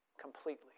completely